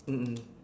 mm mm